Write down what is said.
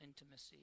intimacy